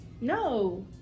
No